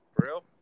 real